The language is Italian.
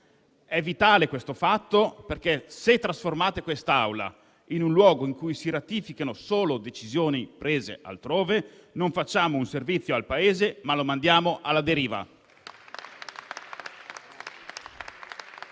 È vitale questo fatto perché, se trasformate quest'Aula in un luogo in cui si ratificano solo decisioni prese altrove, non rendiamo un servizio al Paese, anzi lo mandiamo alla deriva.